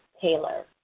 Taylor